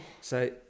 so-